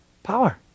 Power